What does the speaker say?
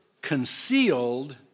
concealed